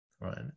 right